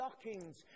stockings